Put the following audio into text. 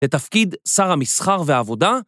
לתפקיד שר המסחר והעבודה?